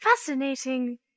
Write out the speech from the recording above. fascinating